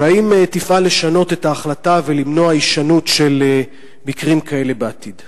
והאם תפעל לשנות את ההחלטה ולמנוע הישנות של מקרים כאלה בעתיד?